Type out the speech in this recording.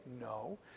No